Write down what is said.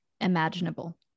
imaginable